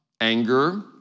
anger